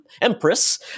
Empress